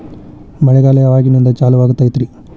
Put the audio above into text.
ಮಳೆಗಾಲ ಯಾವಾಗಿನಿಂದ ಚಾಲುವಾಗತೈತರಿ?